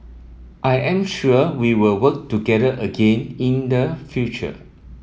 I am sure we will work together again in the future